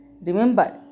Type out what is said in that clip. Remember